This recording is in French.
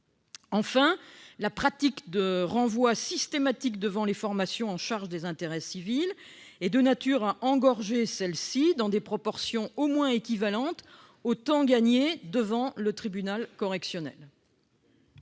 Enfin, la pratique du renvoi systématique devant les formations chargées des intérêts civils est de nature à engorger celles-ci dans des proportions au moins équivalentes au temps gagné devant le tribunal correctionnel.